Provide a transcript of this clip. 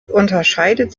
unterscheidet